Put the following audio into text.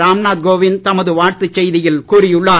ராம் நாத் கோவிந்த் தமது வாழ்த்து செய்தியில் கூறியுள்ளார்